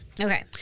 Okay